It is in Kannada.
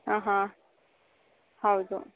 ಆಂ ಹಾಂ ಹೌದು